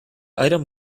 item